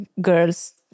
girls